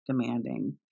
demanding